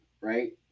right